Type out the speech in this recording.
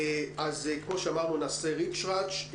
אורנה פז,